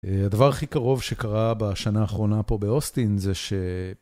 הדבר הכי קרוב שקרה בשנה האחרונה פה באוסטין זה ש...